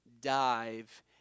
dive